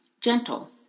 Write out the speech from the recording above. gentle